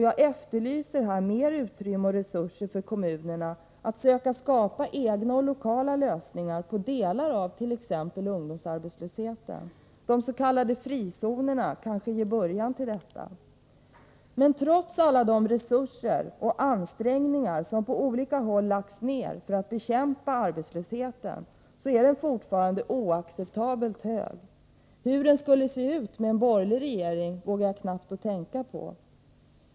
Jag efterlyser mer utrymme och resurser för kommunerna att skapa egna och lokala lösningar på delar av t.ex. problemet med ungdomsarbetslösheten. De s.k. frizonerna är kanske början till detta. Men trots alla de resurser och ansträngningar som på olika håll lagts ned för att bekämpa arbetslösheten är den fortfarande oacceptabelt hög. Hur den skulle ha sett ut med en borgerlig regering vågar jag knappt tänka på.